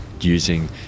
using